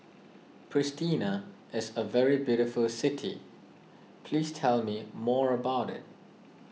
Pristina is a very beautiful city please tell me more about it